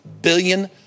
billion